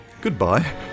Goodbye